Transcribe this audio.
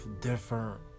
different